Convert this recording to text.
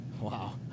Wow